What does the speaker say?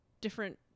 different